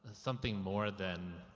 something more than,